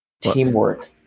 teamwork